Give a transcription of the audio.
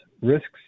risks